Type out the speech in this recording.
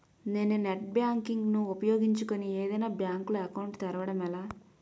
నేను net banking ను ఉపయోగించుకుని ఏదైనా బ్యాంక్ లో అకౌంట్ తెరవడం ఎలా?